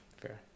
Fair